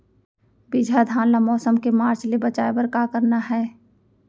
बिजहा धान ला मौसम के मार्च ले बचाए बर का करना है?